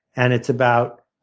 and it's about